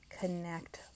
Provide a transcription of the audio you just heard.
connect